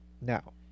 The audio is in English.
Now